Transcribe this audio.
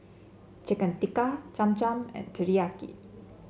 Chicken Tikka Cham Cham and Teriyaki